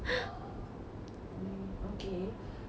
mm okay um